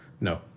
no